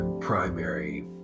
primary